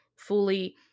fully